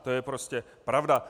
To je prostě pravda.